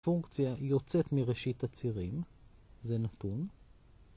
פונקציה יוצאת מראשית הצירים, זה נתון.